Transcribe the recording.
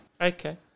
okay